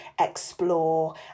explore